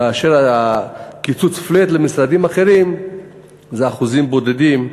כאשר הקיצוץ flat למשרדים אחרים זה אחוזים בודדים.